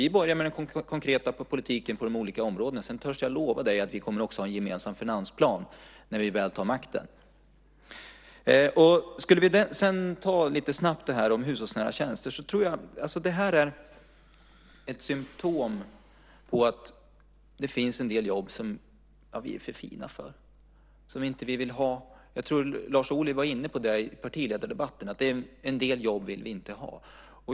Vi börjar med den konkreta politiken på de olika områdena. Sedan törs jag lova dig att vi också kommer att ha en gemensam finansplan när vi väl tar makten. Skulle vi sedan lite snabbt ta det här med hushållsnära tjänster så tror jag att detta är ett symtom på att det finns en del jobb som vi är för fina för, som vi inte vill ha. Jag tror att Lars Ohly var inne på det i partiledardebatten, att en del jobb vill vi inte ha.